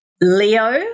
Leo